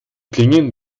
klingen